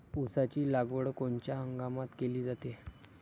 ऊसाची लागवड कोनच्या हंगामात केली जाते?